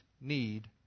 need